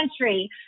country